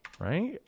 right